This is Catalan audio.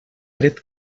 tret